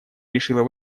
решила